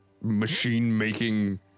machine-making